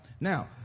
now